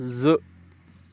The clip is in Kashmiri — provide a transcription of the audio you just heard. زٕ